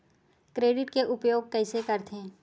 Credit के उपयोग कइसे करथे?